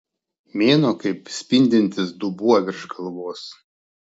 mėnuo kaip spindintis dubuo virš galvos